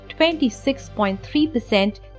26.3%